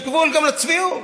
יש גבול גם לצביעות.